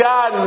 God